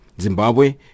Zimbabwe